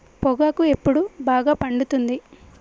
పొగాకు ఎప్పుడు బాగా పండుతుంది?